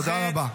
תודה רבה.